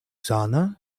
sana